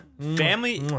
Family